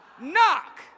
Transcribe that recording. Knock